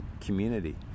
community